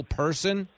person